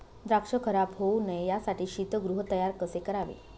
द्राक्ष खराब होऊ नये यासाठी शीतगृह तयार कसे करावे?